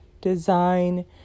design